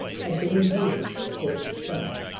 had been induced to take the chair.